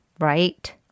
right